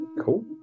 Cool